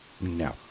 no